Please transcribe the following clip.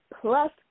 plus